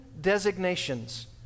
designations